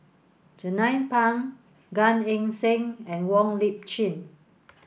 Jernnine Pang Gan Eng Seng and Wong Lip Chin